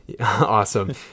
Awesome